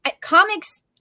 comics